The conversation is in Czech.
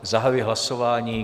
Zahajuji hlasování.